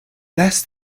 less